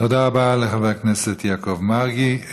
תודה רבה לחבר הכנסת יעקב מרגי.